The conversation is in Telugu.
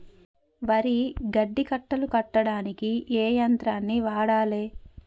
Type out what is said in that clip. వరి గడ్డి కట్టలు కట్టడానికి ఏ యంత్రాన్ని వాడాలే?